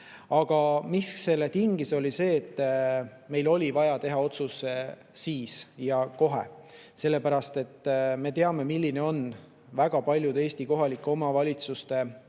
Aga mis selle tingis, oli see, et meil oli vaja teha otsus siis ja kohe. Me teame, milline on väga paljude Eesti kohalike omavalitsuste finantsseis.